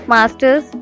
Masters